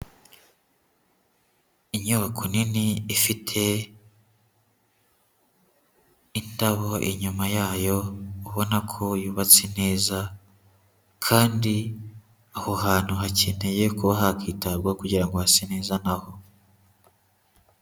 Inyubako nini ifite indabo inyuma yayo ubona ko yubatse neza kandi aho hantu hakeneye kuba hakitabwa kugira ngo hase neza naho.